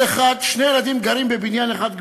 שני ילדים גרים בבניין אחד,